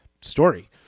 story